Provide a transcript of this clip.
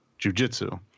jujitsu